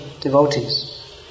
devotees